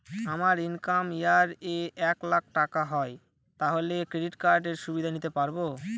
আমার income year এ এক লাক টাকা হয় তাহলে ক্রেডিট কার্ড এর সুবিধা নিতে পারবো?